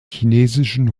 chinesischen